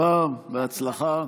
(חותמת על ההצהרה) בשעה טובה ובהצלחה.